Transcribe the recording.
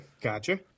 Gotcha